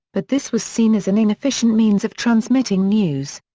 but this was seen as an inefficient means of transmitting news.